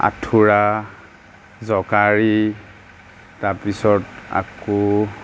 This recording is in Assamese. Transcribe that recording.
আঁঠুৱা জকাই তাৰপিছত আকৌ